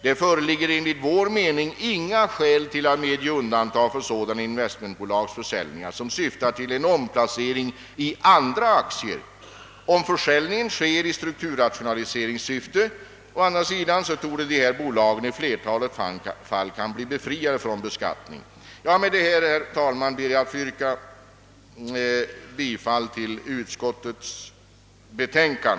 Det föreligger enligt vår mening inga skäl för att medge undantag för sådana investmentbolagsförsäljningar som syftar till omplacering i andra aktier. Om försäljningen däremot görs i strukturrationaliseringssyfte torde dessa bolag i flertalet fall kunna bli befriade från beskattning. Med dessa ord, herr talman, ber jag att få yrka bifall till utskottets hemställan.